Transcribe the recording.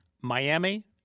Miami